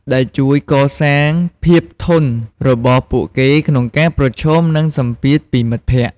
ដែលជួយកសាងភាពធន់របស់ពួកគេក្នុងការប្រឈមនឹងសម្ពាធពីមិត្តភក្តិ។